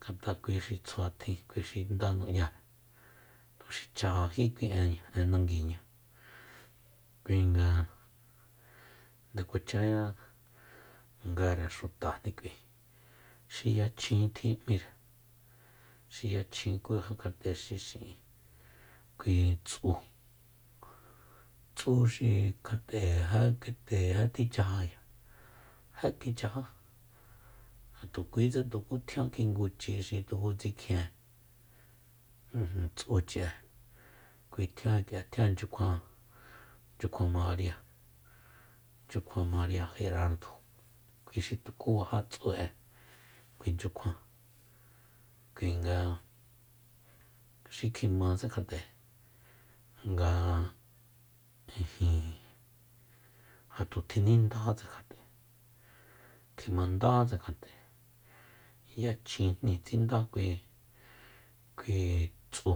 ngata kui xi tsjua tjin kui xi nda nu'yare tuxi chajají kui enña ennanguiña kui nga nde kuacha ngare xutajni k'ui xi yachjin tjim'íre xi yachjin kuja kate xi xi'in kui tsu tsu xi kjat'e ja tji chajaya ja tu kuitse tuku tjian ki nguchi xi tuku tsikjien ijin tsuchi'e k'ui tjian k'ia tjiannchyukjuan maria nchyukjua maria jerardo kui xi tuku baja tsu'e kui nchyukjuan kui nga xi kjimatse kjat'e nga ijin ja tu tjinindatse kjat'e kjimandátse kjat'e yachjinjni tsindá kui- kui tsju